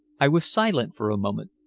i was silent for a moment.